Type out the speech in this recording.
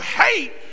hate